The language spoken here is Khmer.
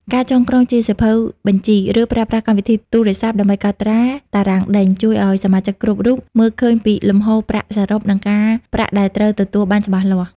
ការចងក្រងជាសៀវភៅបញ្ជី ឬប្រើប្រាស់កម្មវិធីទូរស័ព្ទដើម្បីកត់ត្រា "តារាងដេញ" ជួយឱ្យសមាជិកគ្រប់រូបមើលឃើញពីលំហូរប្រាក់សរុប និងការប្រាក់ដែលត្រូវទទួលបានច្បាស់លាស់។